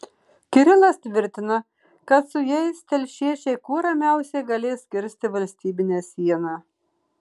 kirilas tvirtina kad su jais telšiečiai kuo ramiausiai galės kirsti valstybinę sieną